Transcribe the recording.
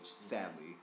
sadly